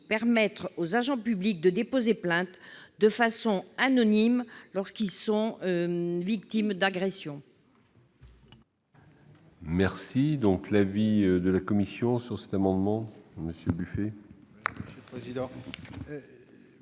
Ainsi, les agents publics pourront déposer plainte de façon anonyme lorsqu'ils sont victimes d'agressions.